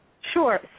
Sure